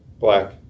black